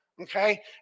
okay